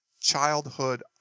childhood